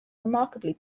remarkably